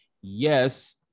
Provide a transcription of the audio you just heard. Yes